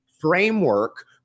Framework